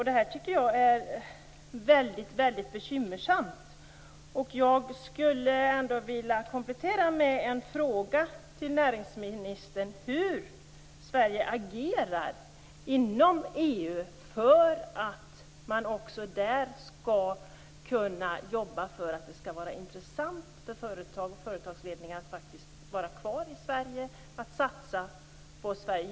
Den här situationen är bekymmersam. Jag skulle vilja komplettera med en fråga till näringsministern. Hur agerar Sverige inom EU för att där jobba för att det skall vara intressant för företag och företagsledningar att stanna kvar och satsa i Sverige?